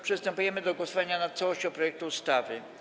Przystępujemy do głosowania nad całością projektu ustawy.